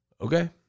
Okay